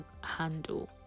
handle